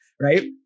Right